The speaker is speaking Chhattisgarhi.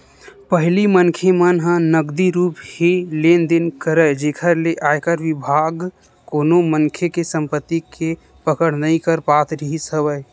पहिली मनखे मन ह नगदी रुप ही लेन देन करय जेखर ले आयकर बिभाग कोनो मनखे के संपति के पकड़ नइ कर पात रिहिस हवय